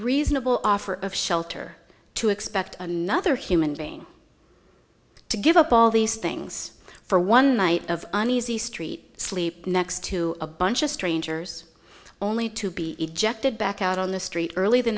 reasonable offer of shelter to expect another human being to give up all these things for one night of an easy street sleep next to a bunch of strangers only to be ejected back out on the street early the